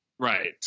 Right